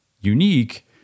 unique